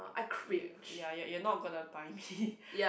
ya ya you're you're not gonna buy me